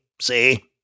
see